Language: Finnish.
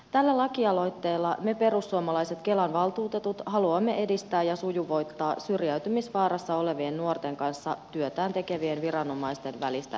tällä lakialoitteella me perussuomalaiset kelan valtuutetut haluamme edistää ja sujuvoittaa syrjäytymisvaarassa olevien nuorten kanssa työtään tekevien viranomaisten välistä yhteistyötä